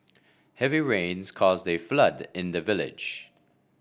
heavy rains caused a flood in the village